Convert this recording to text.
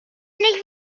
nicht